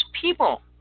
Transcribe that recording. people